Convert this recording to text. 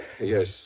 Yes